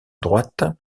droite